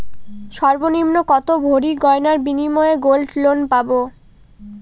সর্বনিম্ন কত ভরি গয়নার বিনিময়ে গোল্ড লোন পাব?